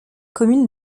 commune